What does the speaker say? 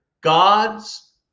God's